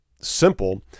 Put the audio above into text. simple